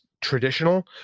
traditional